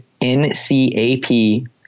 ncap